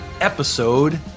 Episode